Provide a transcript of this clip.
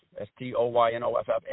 S-T-O-Y-N-O-F-F